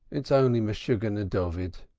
it's only meshuggene david.